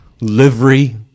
livery